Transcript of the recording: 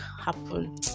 happen